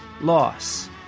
loss